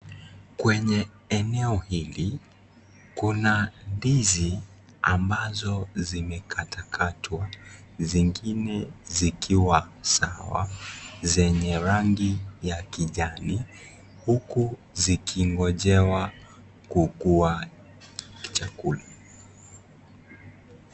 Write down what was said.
Kwenye eneo hili kuna ndizi ambazo zimewekelewa zimekatakatwa zingine zikiwa sawa zenye rangi ya kijani huku zikingojewa kukua chakula.